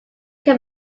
can